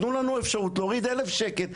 תנו לנו אפשרות להוריד 1,000 שקלים,